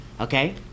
Okay